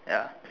ya